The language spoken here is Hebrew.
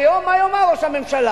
היום, מה יאמר ראש הממשלה?